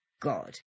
god